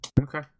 Okay